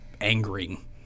angering